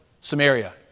Samaria